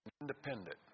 independent